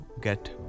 get